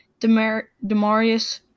Demarius